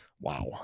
Wow